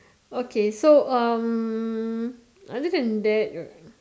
okay so um other than that